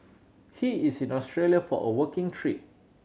he is in Australia for a working trip